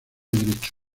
derecho